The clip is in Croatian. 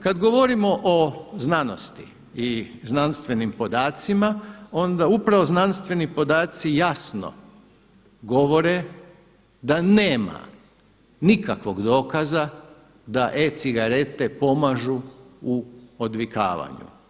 Kada govorimo o znanosti i znanstvenim podacima onda upravo znanstveni podaci jasno govore da nema nikakvog dokaza da e-cigarete pomažu u odvikavanju.